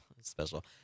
special